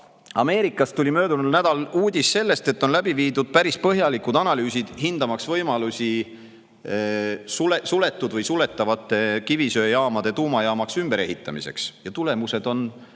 Ameerikast tuli möödunud nädalal uudis sellest, et on läbi viidud päris põhjalikud analüüsid, hindamaks võimalusi suletud või suletavate kivisöejaamade tuumajaamaks ümberehitamiseks. Tulemused on